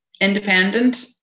independent